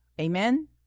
amen